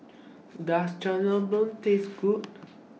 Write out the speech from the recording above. Does Jajangmyeon Taste Good